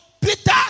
Peter